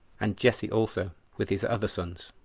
and jesse also, with his other sons